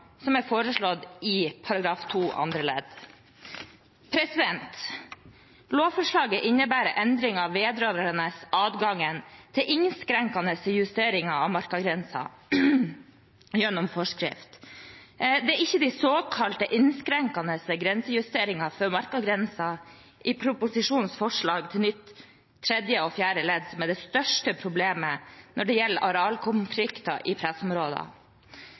som er foreslått i § 2 andre ledd. Lovforslaget innebærer endringer vedrørende adgangen til innskrenkende justeringer av markagrensen gjennom forskrift. Det er ikke de såkalt innskrenkende grensejusteringer for markagrensen i proposisjonens forslag til nytt tredje og fjerde ledd som er det største problemet når det gjelder arealkonflikter i pressområder.